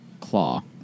claw